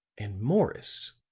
and morris,